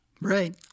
Right